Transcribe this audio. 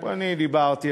אני דיברתי,